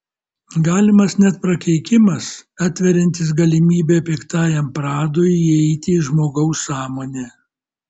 galimas net prakeikimas atveriantis galimybę piktajam pradui įeiti į žmogaus sąmonę